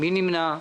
מי נמנע?